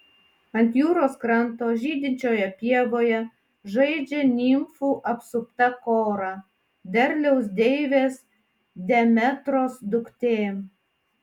ant jūros kranto žydinčioje pievoje žaidžia nimfų apsupta kora derliaus deivės demetros duktė